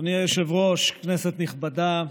אדוני היושב-ראש, כנסת נכבדה,